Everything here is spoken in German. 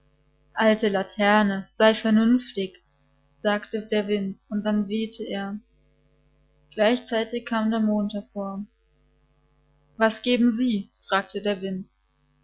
alte laterne sei vernünftig sagte der wind und dann wehete er gleichzeitig kam der mond hervor was geben sie fragte der wind